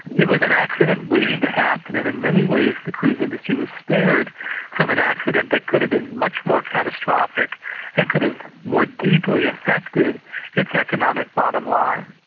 it was an accident waiting to happen and in many ways the cruise industry was spared from an accident that could have been much more catastrophic and could have more deeply affected its economic bottom line.